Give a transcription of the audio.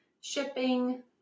shipping